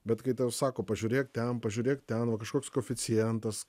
bet kai tau sako pažiūrėk ten pažiūrėk ten va kažkoks koeficientas